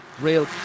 real